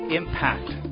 impact